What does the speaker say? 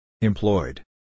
Employed